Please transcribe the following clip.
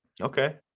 Okay